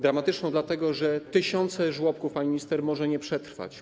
Dramatyczną, dlatego że tysiące żłobków, pani minister, może nie przetrwać.